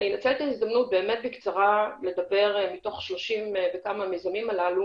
אני אנצל את ההזדמנות בקצרה לדבר מתוך 30 וכמה מיזמים הללו